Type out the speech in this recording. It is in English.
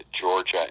Georgia